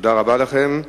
תודה רבה לכם.